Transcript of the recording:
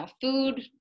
food